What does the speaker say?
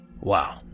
Wow